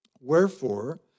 Wherefore